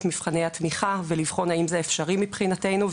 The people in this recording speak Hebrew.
מבחני התמיכה ולבחון האם זה אפשרי מבחינתנו,